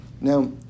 Now